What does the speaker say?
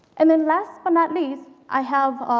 and then last but not least, i have